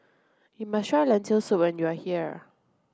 you must try Lentil soup when you are here